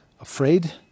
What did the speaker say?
afraid